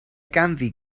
ganddi